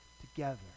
together